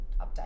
update